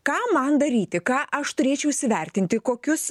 ką man daryti ką aš turėčiau įsivertinti kokius